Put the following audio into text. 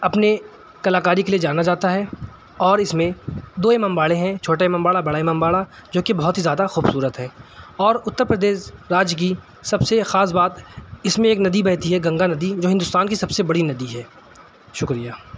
اپنے کلاکاری کے لیے جانا جاتا ہے اور اس میں دو امام باڑے ہیں چھوٹا امام باڑہ بڑا امام باڑہ جوکہ بہت ہی زیادہ خوبصورت ہے اور اتر پردیش راجیہ کی سب سے خاص بات اس میں ایک ندی بہتی ہے گنگا ندی جو ہندوستان کی سب سے بڑی ندی ہے شکریہ